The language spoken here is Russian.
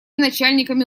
начальниками